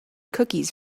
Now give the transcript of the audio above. cookies